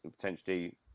potentially